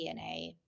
DNA